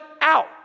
out